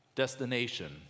destination